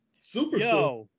Super